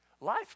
Life